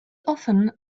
often